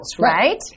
Right